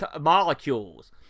molecules